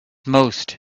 most